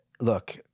look